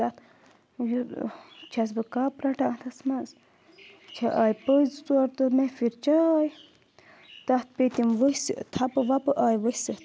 تَتھ چھَس بہٕ کَپ رَٹان اَتھَس منٛز چھِ آے پٔژھِۍ ژور تہٕ مےٚ پھِر چاے تَتھ پیٚتِم ؤسِتھ تھَپہٕ وَپہٕ آے ؤسِتھ